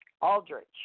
Aldrich